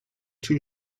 two